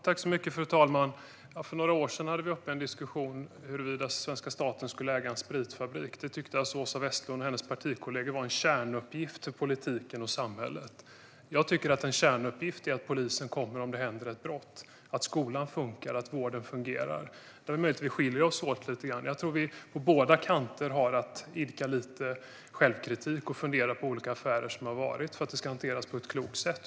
Fru talman! För några år sedan hade vi en diskussion om huruvida svenska staten skulle äga en spritfabrik. Det tyckte Åsa Westlund och hennes partikollegor var en kärnuppgift för politiken och samhället. Jag tycker att en kärnuppgift är att se till att polisen kommer om det begås brott och se till att skolan och vården fungerar. Det är möjligt att vi skiljer oss åt lite grann där. Jag tror att vi på båda kanter har att idka självkritik och fundera på olika affärer som har varit, för att detta ska hanteras på ett klokt sätt.